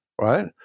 right